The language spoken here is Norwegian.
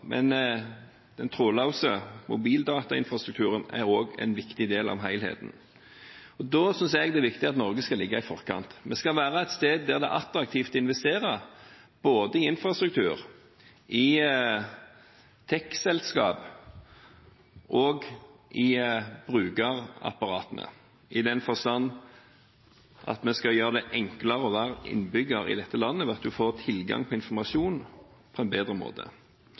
men den trådløse mobildatainfrastrukturen er også en viktig del av helheten. Da synes jeg det er viktig at Norge skal ligge i forkant. Vi skal være et sted der det er attraktivt å investere både i infrastruktur, i tech-selskap og i brukerapparatene i den forstand at vi skal gjøre det enklere å være innbygger i dette landet ved at en får tilgang til informasjon på en bedre måte.